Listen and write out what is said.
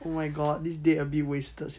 oh my god this date a bit wasted